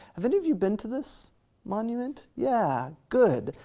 have any of you been to this monument? yeah, good,